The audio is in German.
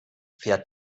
fährt